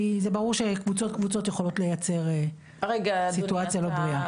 כי זה ברור שקבוצות קבוצות יכולות לייצר סיטואציה לא בריאה.